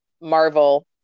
Marvel